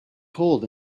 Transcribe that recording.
cold